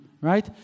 right